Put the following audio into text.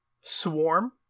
Swarm